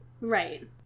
Right